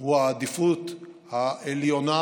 הוא העדיפות העליונה,